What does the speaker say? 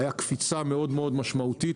הייתה קפיצה מאוד מאוד משמעותית,